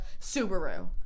Subaru